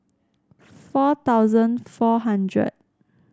four thousand four hundred